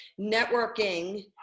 networking